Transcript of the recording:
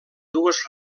dues